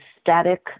static